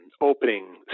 Opening